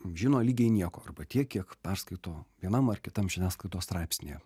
žino lygiai nieko arba tiek kiek perskaito vienam ar kitam žiniasklaidos straipsnyje